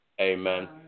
Amen